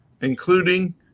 including